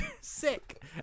Sick